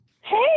Hey